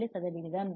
7 சதவிகிதம்